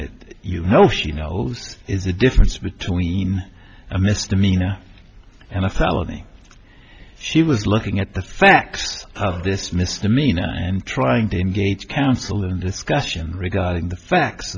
is you know she is the difference between a misdemeanor and a felony she was looking at the facts of this misdemeanor and trying to engage counsel in discussion regarding the facts